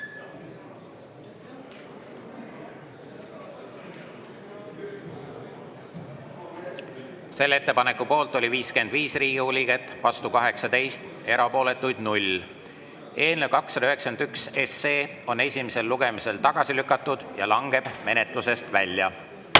Selle ettepaneku poolt oli 55 Riigikogu liiget, vastu 18, erapooletuid 0. Eelnõu 291 on esimesel lugemisel tagasi lükatud ja langeb menetlusest välja.